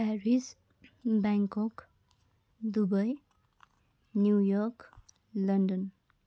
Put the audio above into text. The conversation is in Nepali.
Paris Bangkok Dubai New York London